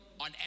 on